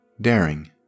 daring